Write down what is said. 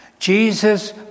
Jesus